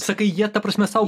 sakai jie ta prasme sau